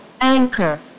Anchor